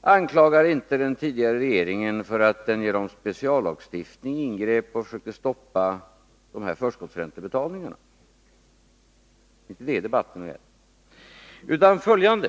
anklagar inte den tidigare regeringen för att denna genom speciallagstiftning ingrep och försökte stoppa förskottsbetalningarna av räntor. Det är inte det som debatten gäller utan följande.